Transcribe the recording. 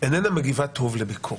איננה מגיבה טוב לביקורת,